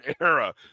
era